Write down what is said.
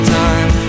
time